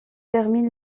termine